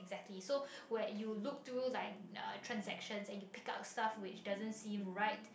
exactly so where you look to those like transactions and you pick up stuff that doesn't seem right